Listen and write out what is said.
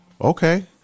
Okay